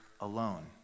alone